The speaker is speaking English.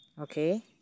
Okay